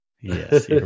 Yes